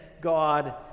God